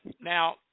now